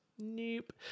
Nope